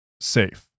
Safe